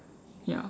ya